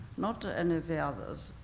not ah any of the others.